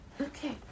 okay